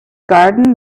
garden